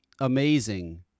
amazing